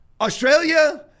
Australia